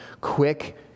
quick